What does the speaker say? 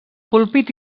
púlpit